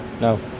No